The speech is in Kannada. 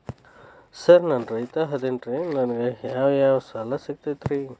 ಸರ್ ನಾನು ರೈತ ಅದೆನ್ರಿ ನನಗ ಯಾವ್ ಯಾವ್ ಸಾಲಾ ಸಿಗ್ತೈತ್ರಿ?